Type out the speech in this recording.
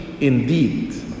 indeed